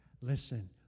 Listen